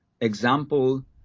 example